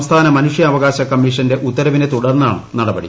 സംസ്ഥാന മനുഷ്യാവകാശ കമ്മീഷന്റെ ഉത്തര വിനെ തുടർന്നാണ് നടപടി